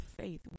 faith